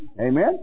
Amen